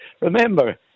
Remember